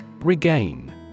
Regain